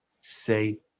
say